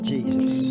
Jesus